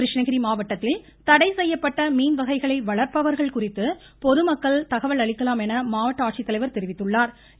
கிருஷ்ணகிரி மாவட்டத்தில் தடை செய்யப்பட்ட மீன் வகைகளை வளர்ப்பவர்கள் குறித்து பொதுமக்கள் தகவல் அளிக்கலாம் என மாவட்ட தெரிவித்துள்ளா்